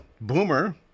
Boomer